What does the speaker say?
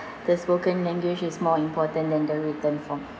the spoken language is more important than the written from